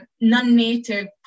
non-native